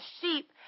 sheep